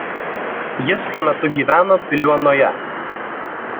jis tuo metu gyveno piliuonoje